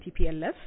TPLF